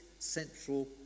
central